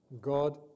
God